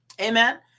Amen